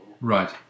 Right